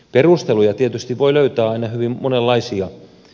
perusteluja tietysti voi löytää aina hyvin monenlaisia